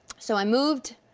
so i moved,